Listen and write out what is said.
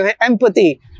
empathy